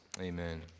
Amen